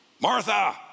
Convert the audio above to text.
Martha